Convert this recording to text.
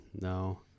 No